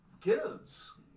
kids